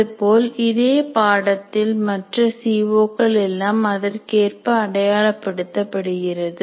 அதுபோல் இதே பாடத்தின் மற்ற சி ஒ க்கள் எல்லாம் அதற்கேற்ப அடையாளப்படுத்தப்படுகிறது